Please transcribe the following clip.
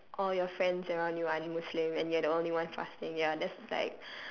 all you friends around you aren't muslim and you're the only one fasting ya that's like